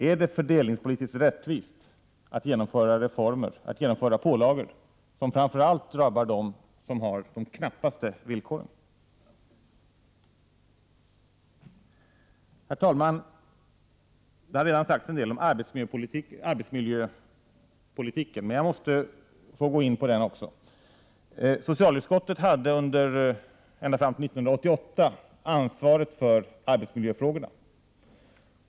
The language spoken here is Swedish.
Är det fördelningspolitiskt rättvist att genomföra reformer och pålagor som framför allt drabbar de som har de knappaste villkoren? Fru talman! Det har redan sagts en del om arbetsmiljöpolitiken, men jag måste få gå in på den frågan. Socialutskottet hade ända fram till 1988 ansvaret för arbetsmiljöfrågorna.